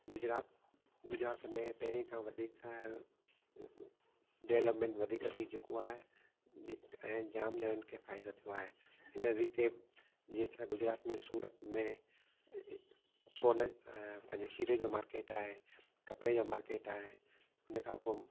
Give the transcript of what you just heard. गुजरात गुजरात में पहिरीं खां वधीक डेवलपमेंट वधीक थी चुको आहे जि ऐं जाम ॼणनि खे फ़ाइदो थियो आहे इन रीते जीअं त गुजरात में सूरत में सोन पंहिंजे हीरे जो मार्केट आहे कपिड़े जो मार्केट आहे उनखां पोइ